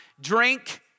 drink